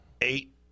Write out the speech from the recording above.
Eight